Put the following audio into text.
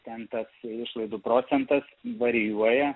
ten tas išlaidų procentas varijuoja